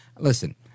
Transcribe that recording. Listen